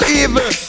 evil